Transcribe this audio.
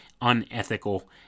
unethical